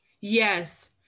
Yes